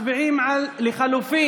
מצביעים על לחלופין.